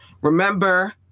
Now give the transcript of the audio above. remember